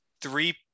three